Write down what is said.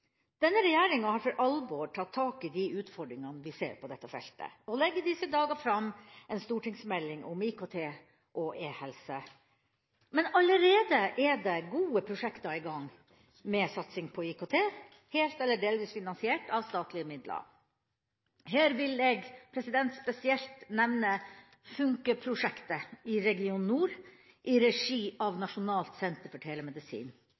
Denne regjeringa har for alvor tatt tak i de utfordringene vi ser på dette feltet, og legger i disse dager fram en stortingsmelding om IKT og eHelse. Men allerede er det gode prosjekter i gang med satsing på IKT, helt eller delvis finansiert av statlige midler. Her vil jeg spesielt nevne FUNNKe-prosjektet i region nord, i regi av Nasjonalt senter for samhandling og telemedisin